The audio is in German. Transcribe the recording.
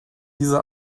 diese